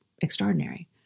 extraordinary